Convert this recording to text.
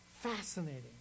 fascinating